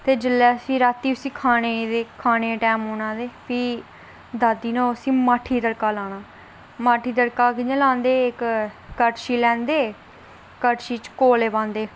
फिर जेल्लै रातीं उसी खाने दे टाइम औना ते फ्ही दादी ने उसी माठी दा तड़का लाना माठी तड़की कि'यां लांदे कि कड़शी लैंदे कड़शी च कोले पांदे